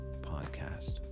podcast